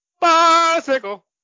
Bicycle